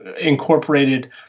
incorporated